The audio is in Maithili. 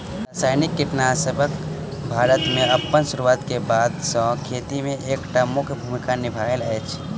रासायनिक कीटनासकसब भारत मे अप्पन सुरुआत क बाद सँ खेती मे एक टा मुख्य भूमिका निभायल अछि